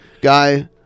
guy